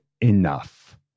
enough